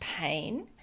pain